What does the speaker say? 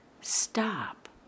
Stop